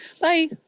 bye